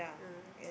ah